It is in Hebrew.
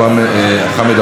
עודד פורר ויוליה מלינובסקי,